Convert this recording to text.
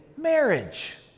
marriage